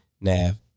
NAV